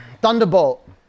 Thunderbolt